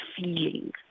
feeling